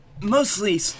Mostly